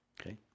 Okay